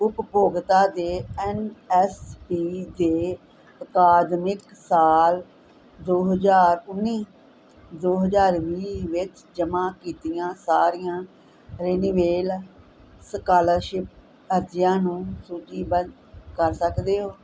ਉਪਭੋਗਤਾ ਦੇ N S P ਦੇ ਅਕਾਦਮਿਕ ਸਾਲ ਦੋ ਹਜ਼ਾਰ ਉੱਨੀ ਦੋ ਹਜ਼ਾਰ ਵੀਹ ਵਿੱਚ ਜਮ੍ਹਾਂ ਕੀਤੀਆਂ ਸਾਰੀਆਂ ਰਿਨਵੇਲ ਸਕਾਲਰਸ਼ਿਪ ਅਰਜੀਆਂ ਨੂੰ ਸੂਚੀ ਬੱਧ ਕਰ ਸਕਦੇ ਹੋ